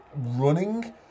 running